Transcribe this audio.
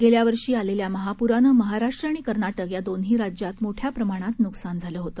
गेल्यावर्षी आलेल्या महापूराने महाराष्ट्र व कर्नाटक या दोन्ही राज्यात मोठ्या प्रमाणात नुकसान झाले होते